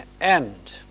end